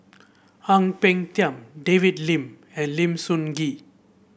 Ang Peng Tiam David Lim and Lim Sun Gee